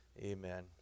Amen